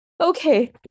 okay